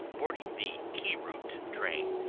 boarding the key route train,